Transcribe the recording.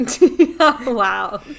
Wow